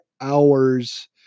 hours